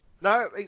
No